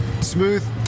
Smooth